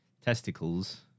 testicles